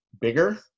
bigger